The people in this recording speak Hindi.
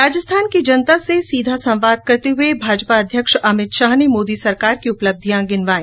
राजस्थान की जनता से सीधा संवाद करते हुए भाजपा अध्यक्ष अमित शाह ने मोदी सरकार की उपलब्धियां गिनाई